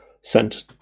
sent